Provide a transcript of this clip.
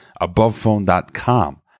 abovephone.com